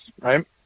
right